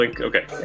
Okay